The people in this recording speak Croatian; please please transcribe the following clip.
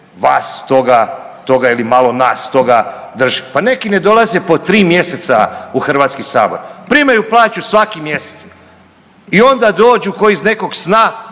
vas toga, ili malo nas toga drži. Pa neki ne dolaze po 3 mjeseca u Hrvatski sabor, primaju plaću svaki mjesec i onda dođu ko iz nekog sna